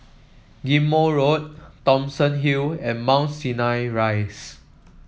Ghim Moh Road Thomson Hill and Mount Sinai Rise